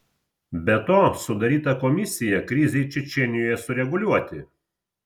be to sudaryta komisija krizei čečėnijoje sureguliuoti